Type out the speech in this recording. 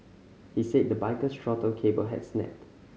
he said the biker's throttle cable had snapped